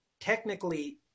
technically